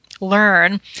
learn